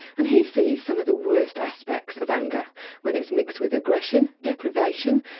and he sees some of the worst aspects of anger when it's mixed with aggression, deprivation,